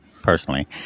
personally